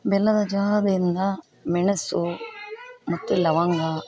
ಬೆಲ್ಲದ ಚಹಾದಿಂದ ಮೆಣಸು ಮತ್ತು ಲವಂಗ